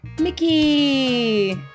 Mickey